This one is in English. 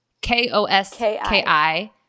k-o-s-k-i